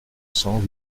cents